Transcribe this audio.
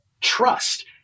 trust